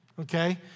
Okay